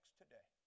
today